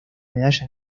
medalla